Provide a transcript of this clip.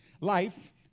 Life